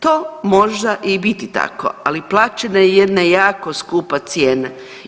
To može i biti tako, ali plaćena je jedna jako skupa cijena.